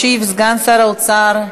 ישיב סגן שר האוצר.